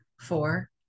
four